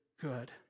good